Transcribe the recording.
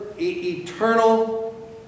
eternal